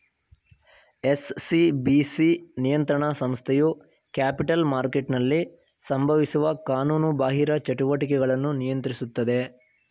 SCBC ನಿಯಂತ್ರಣ ಸಂಸ್ಥೆಯು capital ಮಾರ್ಕೆಟ್ನಲ್ಲಿ ಸಂಭವಿಸುವ ಕಾನೂನುಬಾಹಿರ ಚಟುವಟಿಕೆಗಳನ್ನು ನಿಯಂತ್ರಿಸುತ್ತದೆ